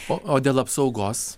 o dėl apsaugos